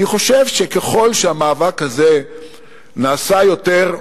אני חושב שככל שהמאבק הזה נעשה יותר,